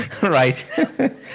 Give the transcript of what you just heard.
Right